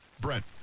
Brent